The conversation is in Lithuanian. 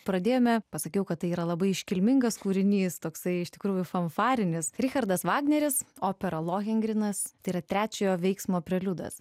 pradėjome pasakiau kad tai yra labai iškilmingas kūrinys toksai iš tikrųjų fanfarinis richardas vagneris operą longinas tėra trečiojo veiksmo preliudas